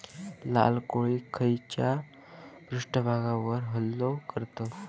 लाल कोळी खैच्या पृष्ठभागावर हल्लो करतत?